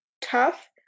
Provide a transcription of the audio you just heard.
tough